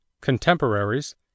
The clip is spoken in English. Contemporaries